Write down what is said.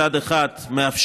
מצד אחד מאפשר